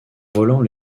volant